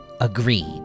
Agreed